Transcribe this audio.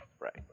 Right